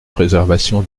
préservation